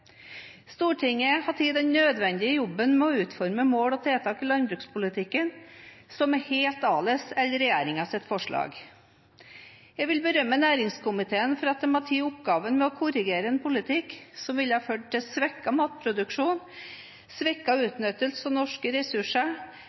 Stortinget har tatt den nødvendige jobben med å utforme mål og tiltak i landbrukspolitikken, som er helt annerledes enn regjeringens forslag. Jeg vil berømme næringskomiteen for at de har tatt oppgaven med å korrigere en politikk som ville ført til svekket matproduksjon, svekket utnyttelse av norske ressurser,